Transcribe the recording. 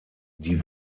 die